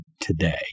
today